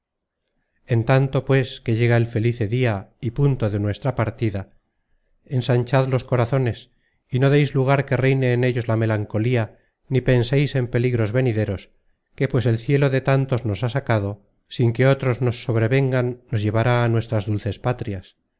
en tanto pues que llega el felice dia y punto de nuestra partida ensanchad los corazones y no deis lugar que reine en ellos la melancolía ni penseis en peligros venideros que pues el cielo de tantos nos ha sacado sin que otros nos sobrevengan nos llevará á nuestras dulces patrias